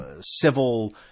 civil